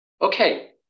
Okay